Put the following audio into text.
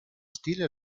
stile